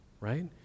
right